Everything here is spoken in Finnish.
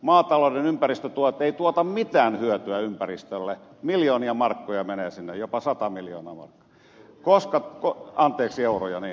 maatalouden ympäristötuet eivät tuota mitään hyötyä ympäristölle miljoonia markkoja menee sinne jopa sata miljoonaa markkaa anteeksi euroja niin